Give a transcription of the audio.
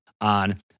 on